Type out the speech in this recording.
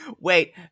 Wait